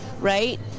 right